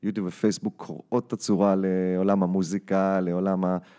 יוטיוב ופייסבוק קורעות את הצורה לעולם המוזיקה, לעולם ה...